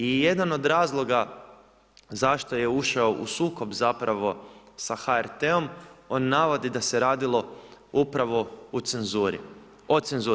I jedan od razloga zašto je ušao u sukob zapravo sa HRT-om, on navodi da se radilo upravo o cenzuri.